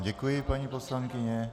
Děkuji vám, paní poslankyně.